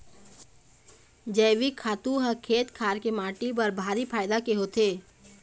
जइविक खातू ह खेत खार के माटी बर भारी फायदा के होथे